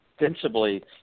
Sensibly